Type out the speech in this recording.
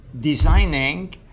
designing